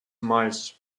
mice